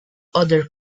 other